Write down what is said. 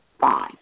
fine